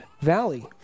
valley